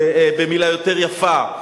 במלה יותר יפה,